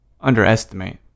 underestimate